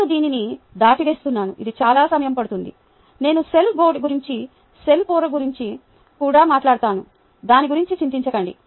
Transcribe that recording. నేను దీనిని దాటవేస్తునాను ఇది చాలా సమయం పడుతుంది నేను సెల్ గోడ గురించి సెల్ పొర గురించి కూడా మాట్లాడతాను దాని గురించి చింతించకండి